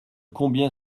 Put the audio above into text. combien